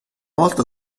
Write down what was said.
volta